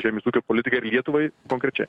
žemės ūkio politikai ir lietuvai konkrečiai